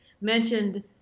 mentioned